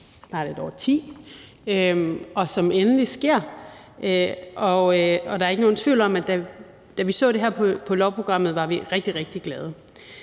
snart et årti, og som endelig gennemføres. Og der er ikke nogen tvivl om, at da vi så det her på lovprogrammet, var vi rigtig, rigtig glade.